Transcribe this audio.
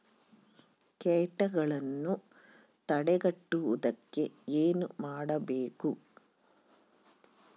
ಕೇಟಗಳನ್ನು ತಡೆಗಟ್ಟುವುದಕ್ಕೆ ಏನು ಮಾಡಬೇಕು?